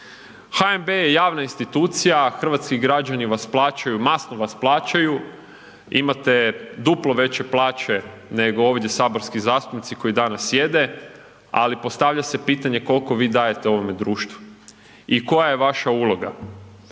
HNB je javna institucija, hrvatski građani vas plaćaju, masno vas plaćaju, imate duplo veće plaće nego ovdje saborski zastupnici koji danas sjede, ali postavlja se pitanje kolko vi dajete ovome društvu i koja je vaša uloga